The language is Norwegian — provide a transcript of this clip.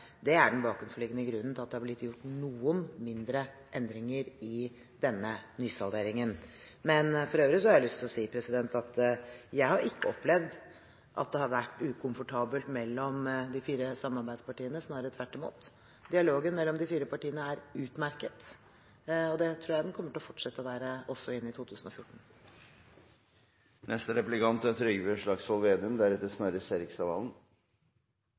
det flertallet som sto bak regjeringen Stoltenberg. Det er den bakenforliggende grunnen til at det er blitt gjort noen mindre endringer i denne nysalderingen. For øvrig har jeg lyst til å si at jeg ikke har opplevd at det har vært ukomfortabelt mellom de fire samarbeidspartiene – snarere tvert imot. Dialogen mellom de fire partiene er utmerket, og det tror jeg den kommer til å fortsette å være også inn i 2014.